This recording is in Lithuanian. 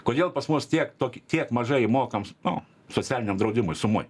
kodėl pas mus tiek tokį tiek mažai mokam nu socialiniam draudimui sumoj